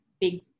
big